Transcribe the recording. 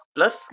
Plus